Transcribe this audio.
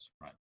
right